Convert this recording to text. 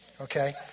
okay